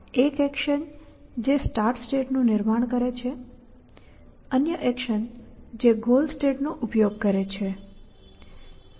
એક એક્શન જે સ્ટાર્ટ સ્ટેટનું નિર્માણ કરે છે અન્ય એક્શન જે ગોલ સ્ટેટનો ઉપયોગ કરે છે